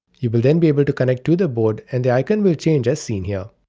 you will then be able to connect to the board. and the icon will change as seen here.